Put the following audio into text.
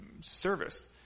Service